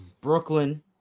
Brooklyn